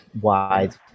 wide